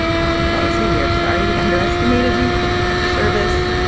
housing policy, we are sorry we underestimated you. thank you for your service.